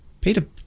Peter